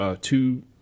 two